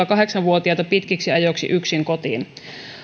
kahdeksan vuotiaita pitkiksi ajoiksi yksin kotiin